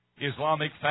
Islamic